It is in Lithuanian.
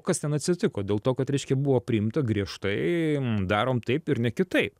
kas ten atsitiko dėl to kad reiškia buvo priimta griežtai darom taip ir ne kitaip